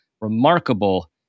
remarkable